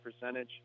percentage